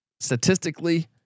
Statistically